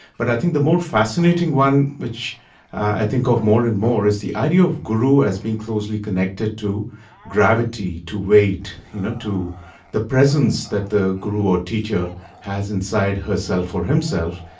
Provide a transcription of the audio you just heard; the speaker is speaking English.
but i think the more fascinating one which i think of more and more is the idea of guru as being closely connected to gravity, to weight, you know, to the presence that the guru or teacher has inside herself or himself.